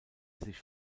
sich